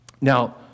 Now